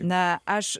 na aš